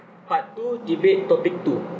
part two debate topic two